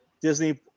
Disney